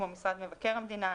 כמו משרד מבקר המדינה,